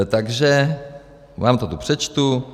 Takže vám to tu přečtu: